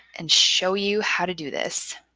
and show you how to do this.